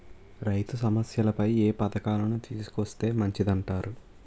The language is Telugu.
రైతు సమస్యలపై ఏ పథకాలను తీసుకొస్తే మంచిదంటారు?